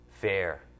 fair